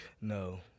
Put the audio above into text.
No